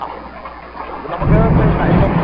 ആ അതിപ്പം നമുക്ക് ഇപ്പം ഇന്ന ഇപ്പം